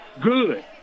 good